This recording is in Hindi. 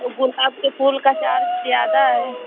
गुलाब के फूल का चार्ज ज़्यादा है